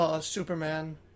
Superman